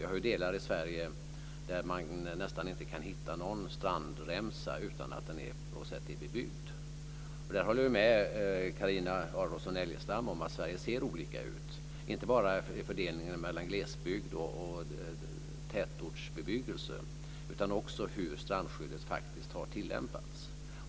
Vi har ju delar i Sverige där man nästan inte kan hitta någon strandremsa som inte på något sätt är bebyggd. I fråga om detta håller jag med Carina Adolfsson Elgestam om att det ser ut på olika sätt i olika delar av landet. Det gäller inte bara fördelningen mellan glesbygdsbebyggelse och tätortsbebyggelse utan också hur strandskyddet faktiskt har tillämpats.